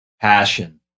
passion